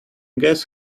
guess